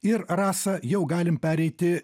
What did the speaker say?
ir rasa jau galim pereiti